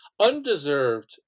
undeserved